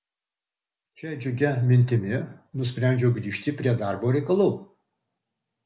šia džiugia mintimi nusprendžiau grįžti prie darbo reikalų